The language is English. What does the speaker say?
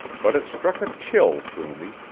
but it struck a chill through me,